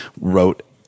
wrote